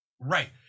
Right